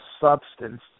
substance